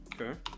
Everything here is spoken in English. Okay